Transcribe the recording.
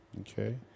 Okay